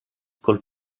col